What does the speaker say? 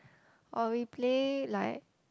or we play like